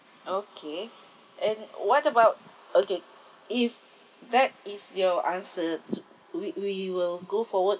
okay and what about okay if that is your answer we we will go forward